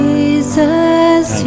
Jesus